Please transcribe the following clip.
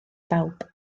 bawb